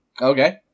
Okay